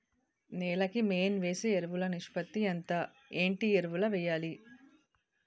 నేల కి మెయిన్ వేసే ఎరువులు నిష్పత్తి ఎంత? ఏంటి ఎరువుల వేయాలి?